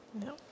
No